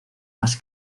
más